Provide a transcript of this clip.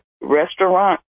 restaurant